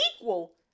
equal